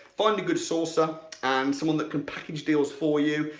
find a good sourcer and someone that can package deals for you.